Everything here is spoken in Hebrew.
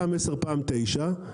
פעם 10 פעם תשע,